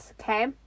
okay